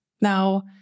Now